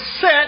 set